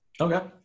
Okay